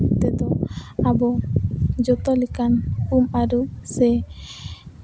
ᱛᱮᱫᱚ ᱟᱵᱚ ᱡᱚᱛᱚ ᱞᱮᱠᱟᱱ ᱩᱢ ᱟᱹᱨᱩᱵ ᱥᱮ